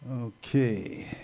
Okay